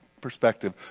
perspective